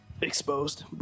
exposed